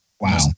Wow